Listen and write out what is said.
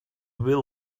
bill